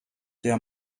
der